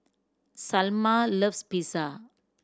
Salma loves Pizza